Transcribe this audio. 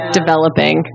developing